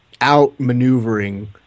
outmaneuvering